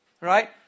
right